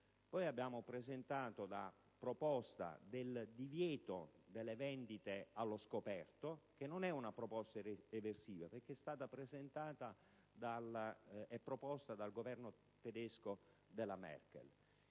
Abbiamo presentato la proposta del divieto delle vendite allo scoperto, che non è una proposta eversiva perché è stata avanzata dal Governo tedesco della Merkel.